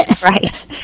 Right